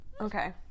Okay